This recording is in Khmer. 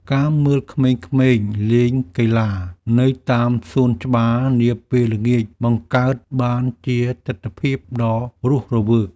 ការមើលក្មេងៗលេងកីឡានៅតាមសួនច្បារនាពេលល្ងាច បង្កើតបានជាទិដ្ឋភាពដ៏រស់រវើក។